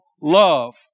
love